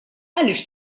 għaliex